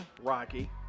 Rocky